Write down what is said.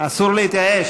אסור להתייאש בעניין הזה.